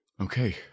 Okay